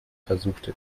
versuchte